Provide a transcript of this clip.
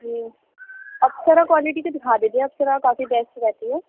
جی Apsara quality کی دکھا دیجیے اپسرا کافی بیسٹ رہتی ہے